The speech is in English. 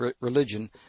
religion